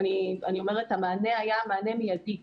המענה היה מענה מיידי.